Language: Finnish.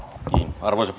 arvoisa